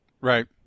Right